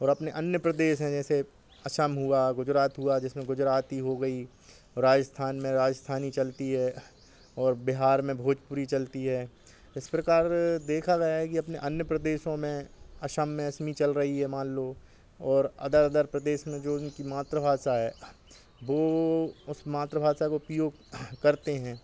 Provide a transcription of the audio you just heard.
और अपने अन्य प्रदेश हैं जैसे असम हुआ गुजरात हुआ जिसमें गुजराती हो गई राजस्थान में राजस्थानी चलती है और बिहार में भोजपुरी चलती है इस प्रकार देखा गया है कि अपने अन्य प्रदेशों में असम में असमी चल रही है मान लो और अदर अदर प्रदेश में जो उनकी मात्रभाषा है वे उस मात्रभाषा का उपयोग करते हैं